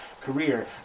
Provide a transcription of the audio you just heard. career